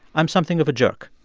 i'm something of a jerk